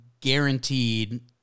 guaranteed